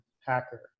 hacker